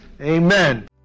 amen